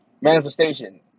manifestation